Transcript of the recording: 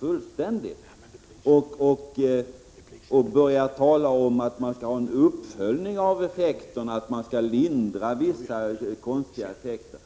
helt och börjar tala om att man skall göra en uppföljning av effekterna och att man skall lindra vissa effekter.